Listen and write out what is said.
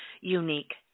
unique